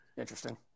Interesting